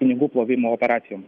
pinigų plovimo operacijom